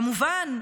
כמובן,